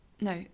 no